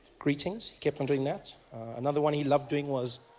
greetings, he kept on doing that another one he loved doing was